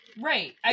Right